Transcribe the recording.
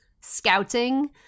scouting